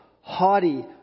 haughty